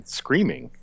screaming